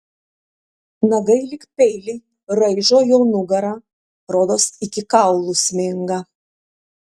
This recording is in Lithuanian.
nagai lyg peiliai raižo jo nugarą rodos iki kaulų sminga